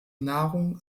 nahrung